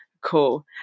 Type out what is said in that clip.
cool